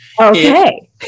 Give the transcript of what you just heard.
Okay